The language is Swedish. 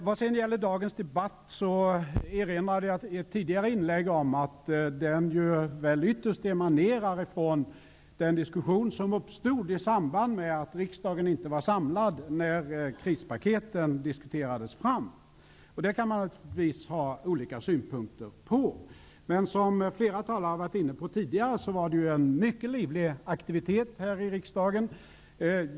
Vad sedan gäller dagens debatt erinrade jag i ett tidigare inlägg om att den väl ytterst emanerar från den diskussion som uppstod i samband med att riksdagen inte var samlad när krispaketen diskuterades fram. Det kan man naturligtvis ha olika synpunkter på, men som flera talare varit inne på tidigare var det en mycket livlig aktivitet här i riksdagen.